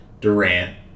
Durant